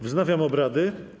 Wznawiam obrady.